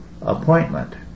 appointment